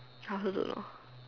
I also don't know